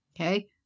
Okay